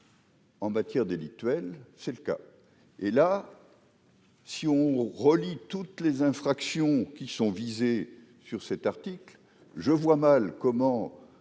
En matière délictuelle, c'est le cas, et là. Si on relit toutes les infractions qui sont visés, sur cet article, je vois mal comment,